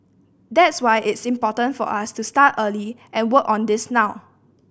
that's why it's important for us to start early and work on this now